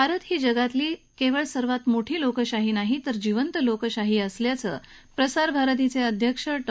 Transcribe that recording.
भारत ही जगातली केवळ सर्वात मोठी लोकशाही नाही तर जिवंत लोकशाही असल्याचं प्रसार भारतीचे अध्यक्ष डॉ